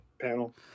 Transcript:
panel